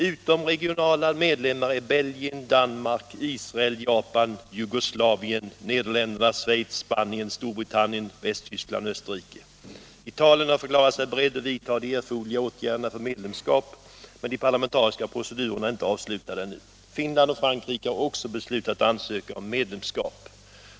Utomregionala medlemmar är Belgien, Danmark, Israel, Japan, Jugoslavien, Nederländerna, Schweiz, Spanien, Storbritannien, Västtysk land och Österrike. Italien har förklarat sig berett att vidta de erforderliga åtgärderna för medlemskap, men de parlamentariska procedurerna är ännu inte avslutade. Finland och Frankrike har också beslutat ansöka om medlemskap.